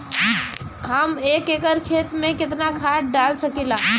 हम एक एकड़ खेत में केतना खाद डाल सकिला?